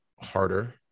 harder